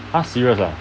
!huh! serious ah